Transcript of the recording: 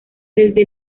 desde